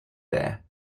there